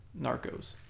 Narcos